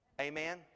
Amen